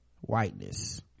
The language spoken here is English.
Whiteness